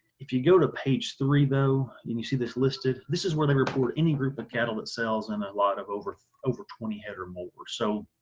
if you go to page three though and you see this listed this is where they report any group of cattle that sells and a lot of over over twenty head or more. so,